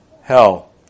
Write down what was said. hell